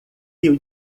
riu